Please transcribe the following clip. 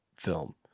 film